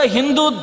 Hindu